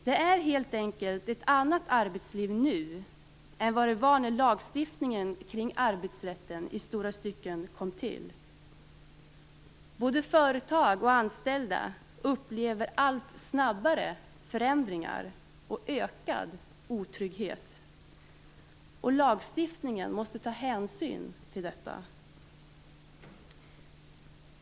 Det är helt enkelt ett annat arbetsliv nu än det var när lagstiftningen kring arbetsrätten i stora stycken kom till. Både företag och anställda upplever allt snabbare förändringar och ökad otrygghet, och lagstiftningen måste ta hänsyn till detta.